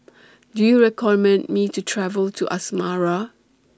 Do YOU recommend Me to travel to Asmara